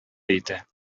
итә